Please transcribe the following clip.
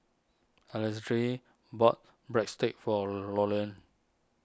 Alexandre bought Breadsticks for Loriann